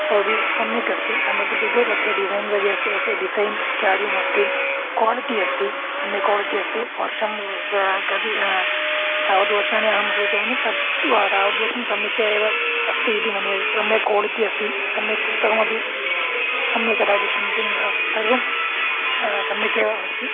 तोपि सम्यकस्ति सम्यकित्युक्ते तस्य डिज़ैन्स् अपि अस्य अस्य डिसैन् इत्यादिमस्ति क्वालिटि अस्ति सम्यक् कोलिटि अस्ति वर्षं क कति यावद् वर्षाणि अहं सूचयामि तत्तु तावद्वर्षं सम्यक्तया एव अस्ति इति मन्ये सम्यक् कोलिटि अस्ति सम्यक् पुस्तकमस्ति सम्यक् दाति प्रिंटिंग् अस् सर्वं सम्यकेव अस्ति